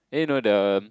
then you know the